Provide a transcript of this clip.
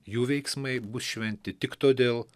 jų veiksmai bus šventi tik todėl